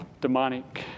demonic